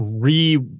re-